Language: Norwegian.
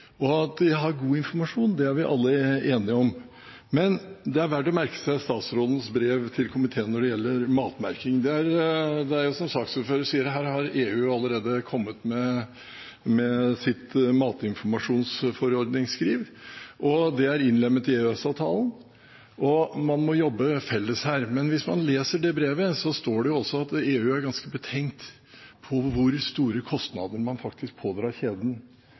og at de har god informasjon, er vi alle enige om er viktig, men det er verdt å merke seg statsrådens brev til komiteen når det gjelder matmerking. Som saksordføreren sier: Her har EU allerede kommet med sin matinformasjonsforordning, og den er innlemmet i EØS-avtalen. Man må altså jobbe sammen her. Men i det brevet står det også at EU er ganske betenkt over hvor store kostnader man faktisk pådrar